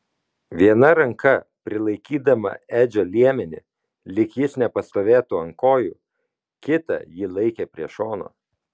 viena ranka prilaikydama edžio liemenį lyg jis nepastovėtų ant kojų kitą ji laikė prie šono